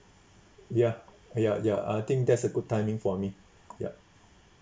ya ya ya I think that's a good timing for me yup